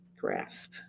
grasp